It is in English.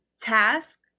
task